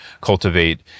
cultivate